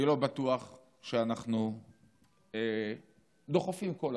אני לא בטוח שאנחנו דוחפים כל הזמן,